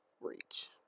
reach